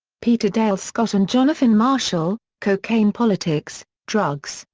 peter dale scott and jonathan marshall, cocaine politics drugs,